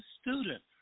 student